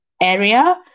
area